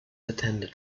attended